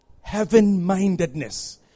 Heaven-mindedness